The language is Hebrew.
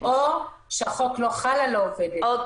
או שהחוק לא חל על העובדת.